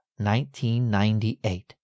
1998